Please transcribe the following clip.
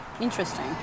interesting